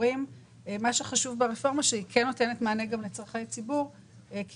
הרפורמה נותנת מענה לצורכי ציבור כי